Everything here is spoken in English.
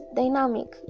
dynamic